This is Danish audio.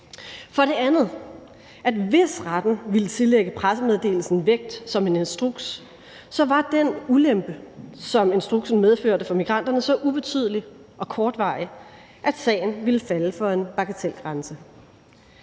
af den grund, at hvis retten ville tillægge pressemeddelelsen vægt som en instruks, var den ulempe, som instruksen medførte for migranterne, så ubetydelig og kortvarig, at sagen ville falde for en bagatelgrænse.